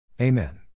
Amen